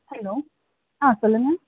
hello ஆ சொல்லுங்க